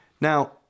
Now